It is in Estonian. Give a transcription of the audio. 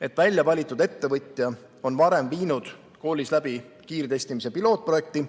et välja valitud ettevõtja on varem viinud koolis läbi kiirtestimise pilootprojekti,